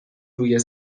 روی